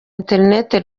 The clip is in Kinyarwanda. interineti